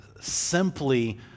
simply